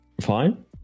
fine